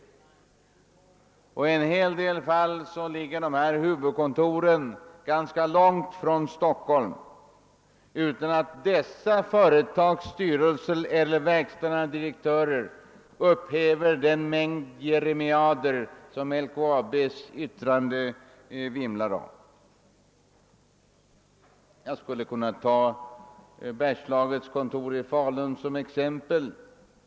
I en hel del fall ligger dessa huvudkontor ganska långt från Stockholm utan att dessa företags styrelser eller verkställande direktörer upphäver den mängd jeremiader som späckar LKAB:s yttrande. Jag skulle som exempel kunna nämna Stora Kopparbergs Bergslags AB:s kontor i Falun.